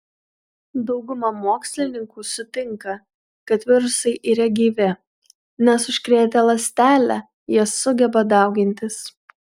dauguma mokslininkų sutinka kad virusai yra gyvi nes užkrėtę ląstelę jie sugeba daugintis